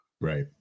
Right